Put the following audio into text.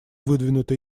выдвинуты